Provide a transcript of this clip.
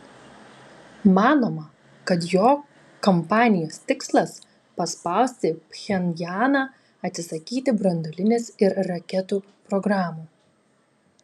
manoma kad jo kampanijos tikslas paspausti pchenjaną atsisakyti branduolinės ir raketų programų